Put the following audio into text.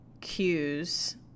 cues